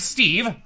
Steve